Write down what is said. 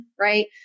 right